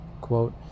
quote